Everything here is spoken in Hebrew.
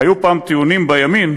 היו פעם טיעונים בימין